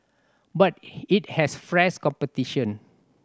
but it has fresh competition